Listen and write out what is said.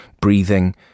Breathing